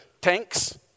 tanks